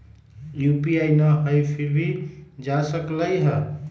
UPI न हई फिर भी जा सकलई ह?